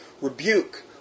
rebuke